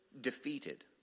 defeated